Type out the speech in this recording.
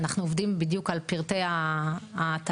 אנחנו עובדים על פרטי התהליך,